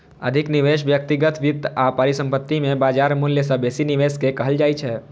अधिक निवेश व्यक्तिगत वित्त आ परिसंपत्ति मे बाजार मूल्य सं बेसी निवेश कें कहल जाइ छै